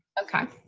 okay.